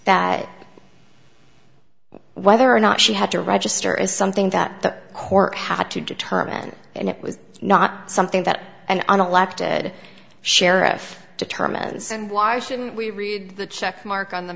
that whether or not she had to register is something that the court had to determine and it was not something that an unelected sheriff determines and why shouldn't we read the check mark on the